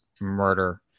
murder